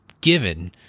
given